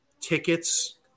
Tickets